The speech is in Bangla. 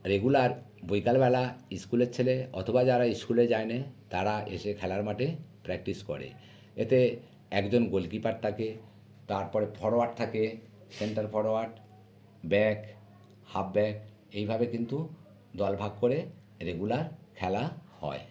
রেগুলার বৈকালবেলা ইস্কুলের ছেলে অথবা যারা ইস্কুলে যায় নে তারা এসে খেলার মাঠে প্র্যাক্টিস করে এতে একজন গোলকিপার থাকে তারপরে ফরওয়ার্ড থাকে centre forward back half back এইভাবে কিন্তু দল ভাগ করে রেগুলার খেলা হয়